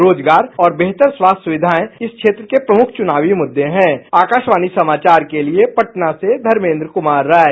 रोजगार और बेहतर स्वास्थ्य सुविधाऐं भी इस क्षेत्र के प्रमुख मुद्दे हैं आकाशवाणी समाचार के लिए पटना से मैं धर्मेन्द्र कुमार राय